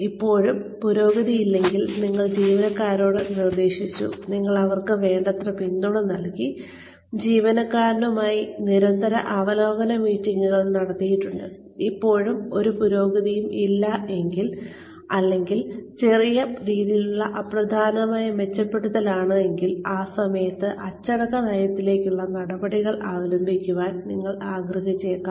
ഇപ്പോഴും പുരോഗതിയില്ലെങ്കിൽ നിങ്ങൾ ജീവനക്കാരനോട് നിർദ്ദേശിച്ചു നിങ്ങൾ അവർക്ക് വേണ്ടത്ര പിന്തുണ നൽകി നിങ്ങൾ ജീവനക്കാരനുമായി നിരന്തരമായ അവലോകന മീറ്റിംഗുകൾ നടത്തിയിട്ടുണ്ട് ഇപ്പോഴും ഒരു പുരോഗതിയും ഇല്ലെങ്കിൽ അല്ലെങ്കിൽ വളരെ ചെറിയ രീതിയിലുള്ള അപ്രധാനമായ മെച്ചപ്പെടുത്തലാണെങ്കിൽ ആ സമയത്ത് അച്ചടക്ക നയത്തിനുള്ളിലെ നടപടിക്രമങ്ങൾ അവലംബിക്കാൻ നിങ്ങൾ ആഗ്രഹിച്ചേക്കാം